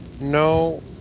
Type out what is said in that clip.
No